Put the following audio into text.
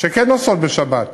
שכן נוסעות בשבת,